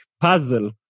puzzle